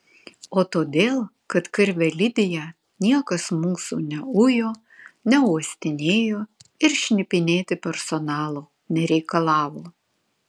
o todėl kad karvelidėje niekas mūsų neujo neuostinėjo ir šnipinėti personalo nereikalavo